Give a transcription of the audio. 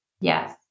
Yes